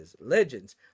legends